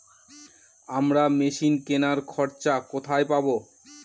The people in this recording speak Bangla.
আমরা মেশিন কেনার খরচা কোথায় পাবো?